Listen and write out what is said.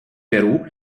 perù